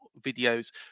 videos